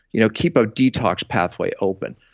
you know keep a detox pathway open.